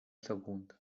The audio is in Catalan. sagunt